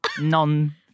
non